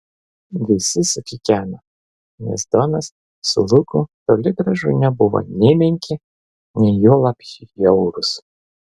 visi sukikeno nes donas su luku toli gražu nebuvo nei menki nei juolab bjaurūs